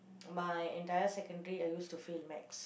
my entire secondary I used to fail Math